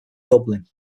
dublin